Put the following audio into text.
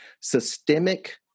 systemic